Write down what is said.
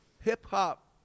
Hip-hop